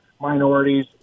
minorities